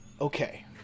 okay